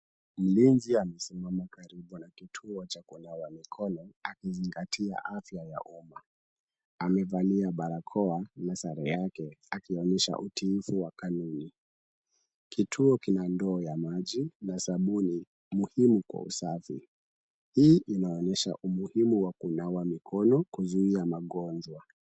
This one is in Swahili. Mlinzi amesimama karibu na kituo cha kunawa mikono, akizingatia afya ya umma. Amevalia barakoa na sare yake akionyesha utiifu wa kanuni. Kituo kina ndoo ya maji na sabuni muhimu kwa usafi. Hii inaonyesha umuhimu wa kunawa mikono, kuzuia magonjwa.